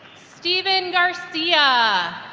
stephen garcia